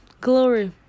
Glory